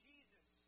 Jesus